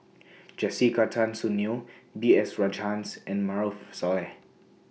Jessica Tan Soon Neo B S Rajhans and Maarof Salleh